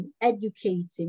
educating